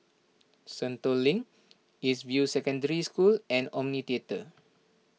Sentul Link East View Secondary School and Omni theatre